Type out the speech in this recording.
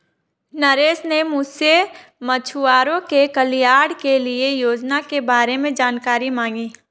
नरेश ने मुझसे मछुआरों के कल्याण के लिए योजना के बारे में जानकारी मांगी